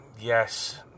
yes